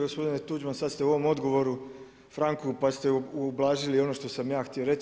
Gospodine Tuđman, sad ste u ovom odgovoru Franku, pa ste ublažili ono što sam ja htio reći.